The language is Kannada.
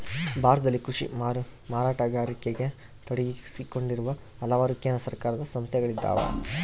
ಭಾರತದಲ್ಲಿ ಕೃಷಿ ಮಾರಾಟಗಾರಿಕೆಗ ತೊಡಗಿಸಿಕೊಂಡಿರುವ ಹಲವಾರು ಕೇಂದ್ರ ಸರ್ಕಾರದ ಸಂಸ್ಥೆಗಳಿದ್ದಾವ